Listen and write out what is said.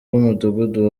bw’umudugudu